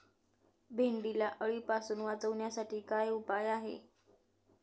भेंडीला अळीपासून वाचवण्यासाठी काय उपाय आहे?